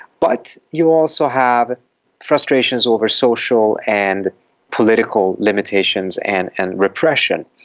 but you also have frustrations over social and political limitations and and repression.